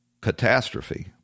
catastrophe